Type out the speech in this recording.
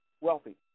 wealthy